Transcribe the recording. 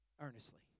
Earnestly